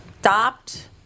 stopped